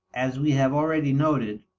as we have already noted,